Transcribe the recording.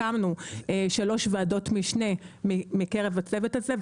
הקמנו שלוש ועדות משנה מקרב הצוות הזה,